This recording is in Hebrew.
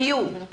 היו.